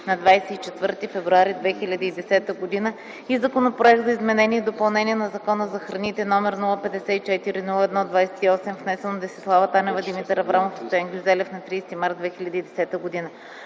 на 24 февруари 2010 г. и Законопроект за изменение и допълнение на Закона за храните, № 054-01-28, внесен от Десислава Танева, Димитър Аврамов и Стоян Гюзелев на 30 март 2010 г.